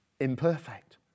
imperfect